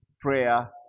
prayer